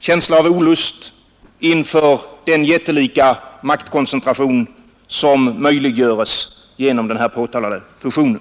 känsla av olust, inför den jättelika maktkoncentration som möjliggöres genom den påtalade fusionen.